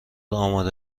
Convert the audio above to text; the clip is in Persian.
آماده